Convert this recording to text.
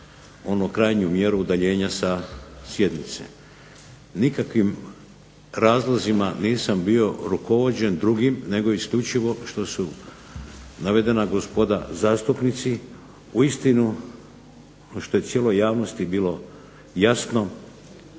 onu krajnju mjeru udaljenja sa sjednice. Nikakvim razlozima nisam bio rukovođen drugim nego isključivo što su navedena gospoda zastupnici uistinu, a što je cijeloj javnosti bilo jasno,